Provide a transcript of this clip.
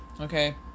Okay